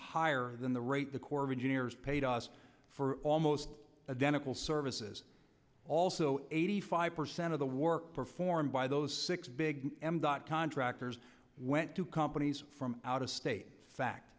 higher than the rate the corps of engineers paid us for almost identical services also eighty five percent of the work performed by those six big m dot contractors went to companies from out of state